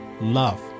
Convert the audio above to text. love